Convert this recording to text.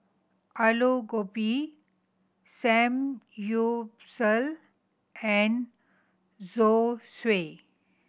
Alu Gobi Samgyeopsal and Zosui